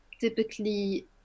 typically